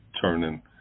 turning